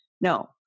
no